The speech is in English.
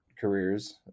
careers